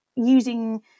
Using